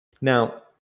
Now